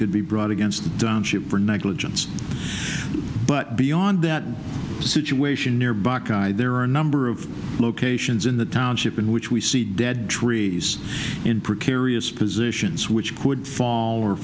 could be brought against them for negligence but beyond that situation near buckeye there are a number of locations in the township in which we see dead trees in precarious positions which could fall or